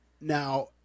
Now